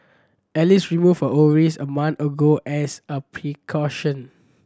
Alice removed her ovaries a month ago as a precaution